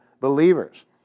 believers